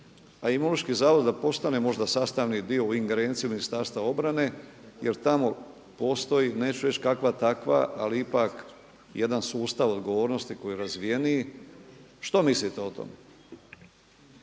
a Imunološki zavod da postane možda sastavni dio u ingerenciji Ministarstva obrane jer tamo postoji neću reći kakva takva ali ipak jedan sustav odgovornosti koji je razvijeniji. Što mislite o tome?